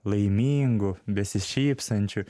laimingų besišypsančių